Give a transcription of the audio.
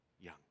young